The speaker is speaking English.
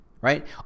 right